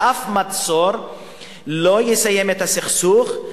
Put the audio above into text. שאף מצור לא יסיים את הסכסוך,